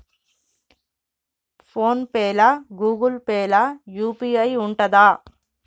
Phone pay లా Google Pay లా UPI ఉంటదా?